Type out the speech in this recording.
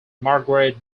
margaret